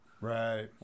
Right